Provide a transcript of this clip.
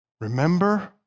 remember